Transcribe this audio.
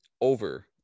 over